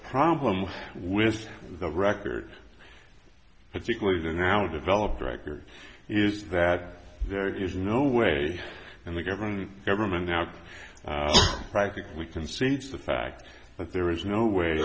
problem with the record particularly the now developed record is that there is no way and the government government now practically concedes the fact that there is no way